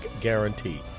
guarantee